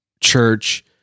church